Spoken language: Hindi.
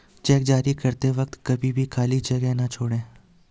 चेक जारी करते वक्त कभी भी खाली जगह न छोड़ें